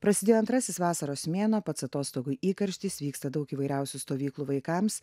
prasidėjo antrasis vasaros mėnuo pats atostogų įkarštis vyksta daug įvairiausių stovyklų vaikams